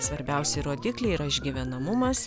svarbiausi rodikliai yra išgyvenamumas